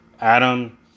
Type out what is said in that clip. Adam